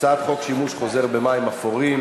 הצעת חוק שימוש חוזר במים אפורים,